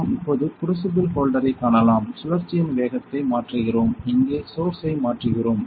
நாம் இப்போது க்ரூசிபிள் ஹோல்டரைக் காணலாம் சுழற்சியின் வேகத்தை மாற்றுகிறோம் இங்கே சோர்ஸ்சை மாற்றுகிறோம்